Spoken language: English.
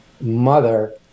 mother